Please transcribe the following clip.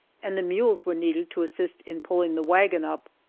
and the mules were needed to assist in pulling the wagon up.